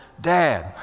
Dad